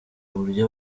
uburyo